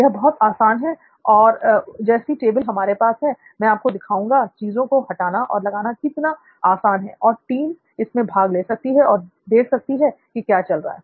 यह बहुत आसान है और जैसी टेबल हमारे पास है मैं आपको दिखाऊंगा चीजों को हटाना और लगाना कितना आसान है और टीम इसमें भाग ले सकती है और देख सकती है कि क्या चल रहा है